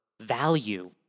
value